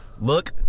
Look